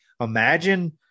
imagine